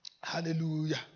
Hallelujah